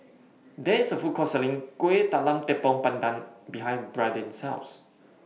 There IS A Food Court Selling Kuih Talam Tepong Pandan behind Brandin's House